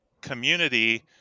community